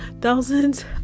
thousands